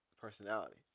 personality